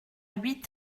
huit